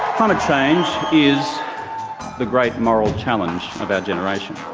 climate change is the great moral challenge of our generation.